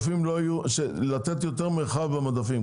לתת יותר מרחב במדפים,